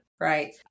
Right